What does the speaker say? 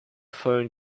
phone